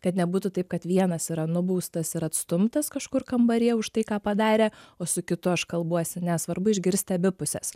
kad nebūtų taip kad vienas yra nubaustas ir atstumtas kažkur kambaryje už tai ką padarė o su kitu aš kalbuosi ne svarbu išgirsti abi puses